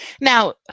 Now